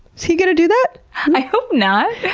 he gonna do that? i hope not.